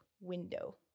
window